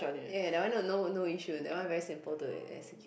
ya that one no no issue that one very simple to execute